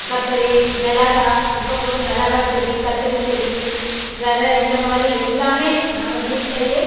கத்தரி மிளகாய் இப்போ கூட மிளகாய் செடி கத்தரி செடி வேறே இந்த மாதிரி எல்லாம் நாங்கள் வீட்லேயே